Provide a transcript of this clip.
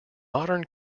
modern